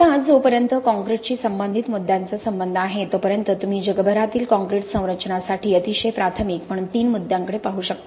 आता जोपर्यंत काँक्रीटशी संबंधित मुद्द्यांचा संबंध आहे तोपर्यंत तुम्ही जगभरातील काँक्रीट संरचनांसाठी अतिशय प्राथमिक म्हणून तीन मुद्द्यांकडे पाहू शकता